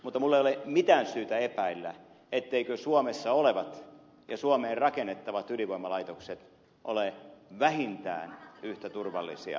mutta minulla ei ole mitään syytä epäillä etteivät suomessa olevat ja suomeen rakennettavat ydinvoimalaitokset ole vähintään yhtä turvallisia